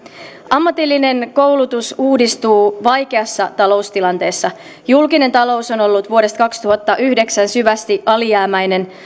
ammatillinen koulutus uudistuu vaikeassa taloustilanteessa julkinen talous on ollut vuodesta kaksituhattayhdeksän syvästi alijäämäinen